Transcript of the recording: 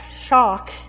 shock